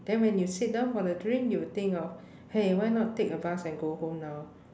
then when you sit down for the drink you will think of !hey! why not take a bus and go home now